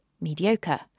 mediocre